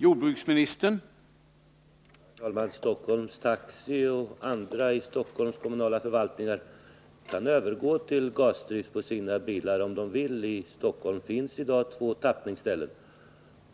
Herr talman! Stockholms Taxi liksom andra företag i Stockholms kommunala förvaltningar kan övergå till gasdrift på sina bilar om de vill. I Stockholm finns i dag två tappningsställen